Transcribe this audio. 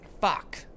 Fuck